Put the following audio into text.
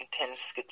intense